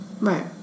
Right